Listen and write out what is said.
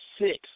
six